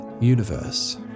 universe